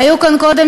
היו כאן קודם,